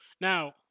Now